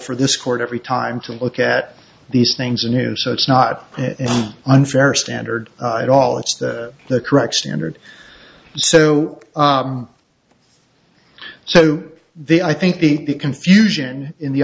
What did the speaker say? for this court every time to look at these things in news so it's not unfair standard at all it's the correct standard so so the i think the confusion in the